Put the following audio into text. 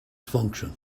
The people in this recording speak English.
function